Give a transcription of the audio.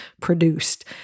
produced